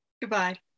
Goodbye